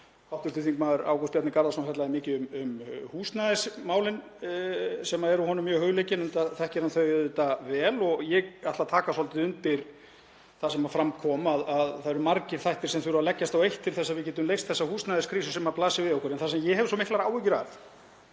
fram. Hv. þm. Ágúst Bjarni Garðarsson fjallaði mikið um húsnæðismálin sem eru honum mjög hugleikin, enda þekkir hann þau auðvitað vel. Ég ætla að taka svolítið undir það sem fram kom að það eru margir þættir sem þurfa að leggjast á eitt til þess að við getum leyst þessa húsnæðiskrísu sem blasir við okkur. En það sem ég hef svo miklar áhyggjur af